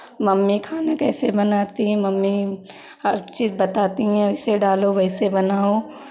mummy खाना कैसे बनाती हैं मम्मी हर चीज़ बताती हैं ऐसे डालो वैसे बनाओ